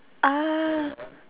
ah